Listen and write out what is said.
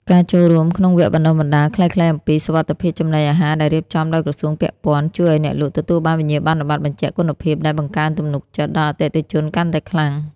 ការចូលរួមក្នុងវគ្គបណ្ដុះបណ្ដាលខ្លីៗអំពីសុវត្ថិភាពចំណីអាហារដែលរៀបចំដោយក្រសួងពាក់ព័ន្ធ ជួយឱ្យអ្នកលក់ទទួលបានវិញ្ញាបនបត្របញ្ជាក់គុណភាពដែលបង្កើនទំនុកចិត្តដល់អតិថិជនកាន់តែខ្លាំង។